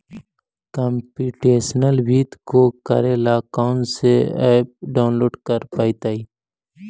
computational वित्त को करे ला कौन स ऐप डाउनलोड के परतई